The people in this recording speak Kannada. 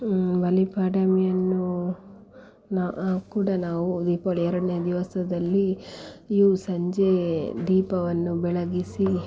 ಬಲಿಪಾಡ್ಯಮಿಯನ್ನು ನಾವು ಕೂಡ ನಾವು ದೀಪಾವಳಿಯ ಎರಡನೇ ದಿವಸದಲ್ಲಿ ಯೂ ಸಂಜೆ ದೀಪವನ್ನು ಬೆಳಗಿಸಿ